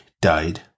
died